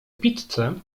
pizzę